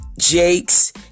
Jakes